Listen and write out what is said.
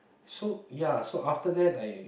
so ya after that I